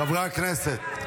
חברי הכנסת,